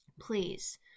please